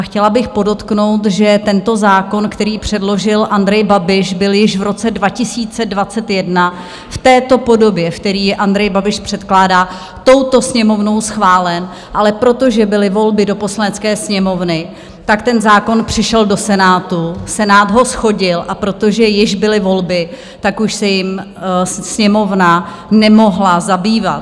Chtěla bych podotknout, že tento zákon, který předložil Andrej Babiš, byl již v roce 2021 v této podobě, ve které jej Andrej Babiš předkládá, touto Sněmovnou schválen, ale protože byly volby do Poslanecké sněmovny, ten zákon přišel do Senátu, Senát ho shodil, a protože již byly volby, tak už se jím Sněmovna nemohla zabývat.